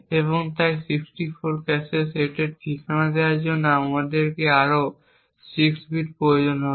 এবং তাই 64টি ক্যাশে সেটের ঠিকানা দেওয়ার জন্য আমাদের আরও 6 বিট প্রয়োজন হবে